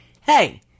hey